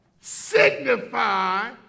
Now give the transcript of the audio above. signify